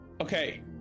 Okay